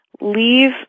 leave